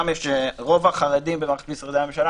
ורוב החרדים במערכת משרדי הממשלה